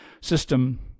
system